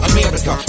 America